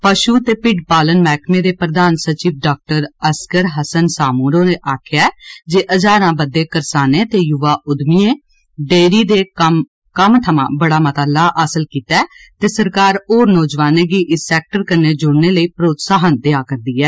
पशु ते भिड्ड पालन मैह्कमें दे प्रधान सचिव डाक्टर असगर हसन सामून होरें आखेआ जे हजारां बद्दे करसानें ते युवा उद्यमिएं डेयरी दे कम्म थमां बड़ा मता लाह् हासल कीता ऐ ते सरकार होर नौजवानें गी इस सैक्टर कन्नै जुड़ने लेई प्रोत्साहन देआ'रदी ऐ